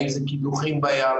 האם זה קידוחים בים.